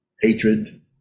hatred